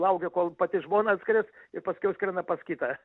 laukia kol pati žmona atskris ir paskiau skrenda pas kitą